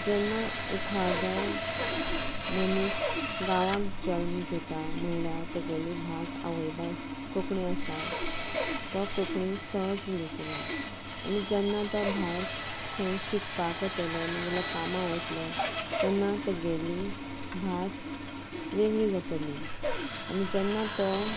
जेन्ना एखादो मनीस गांवांत जल्म घेता म्हणल्यार ताची भास आवय भास कोंकणी आसा तो कोंकणी सहज उलयतलो आनी जेन्ना तो भायर खंय शिकपाक वतलो ना जाल्यार कामाक वतलो तेन्ना ताची भास वेगळी जातली आनी जेन्ना तो